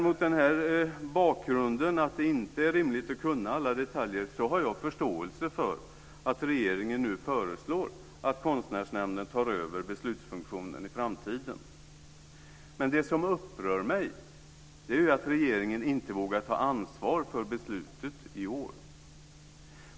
Mot den här bakgrunden, att det inte är rimligt att kunna alla detaljer, har jag förståelse för att regeringen nu föreslår att Konstnärsnämnden tar över beslutsfunktionen i framtiden. Det som upprör mig är att regeringen inte vågar ta ansvar för beslutet i år.